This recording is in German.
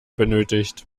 benötigt